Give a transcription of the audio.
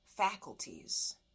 Faculties